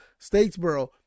Statesboro